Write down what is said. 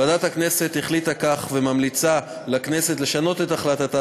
ועדת הכנסת החליטה כך וממליצה לכנסת לשנות את החלטתה